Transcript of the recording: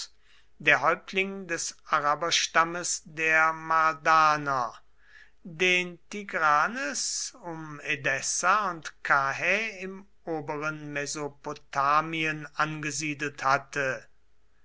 der häuptling des araberstammes der mardaner den tigranes um edessa und karrhä im oberen mesopotamien angesiedelt hatte